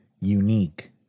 unique